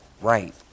right